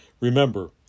Remember